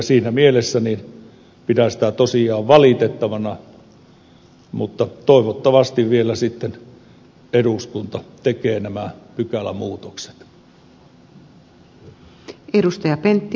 siinä mielessä pidän sitä tosiaan valitettavana mutta toivottavasti vielä sitten eduskunta tekee nämä pykälämuutokset